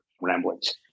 ramblings